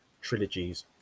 trilogies